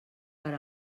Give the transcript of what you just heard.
per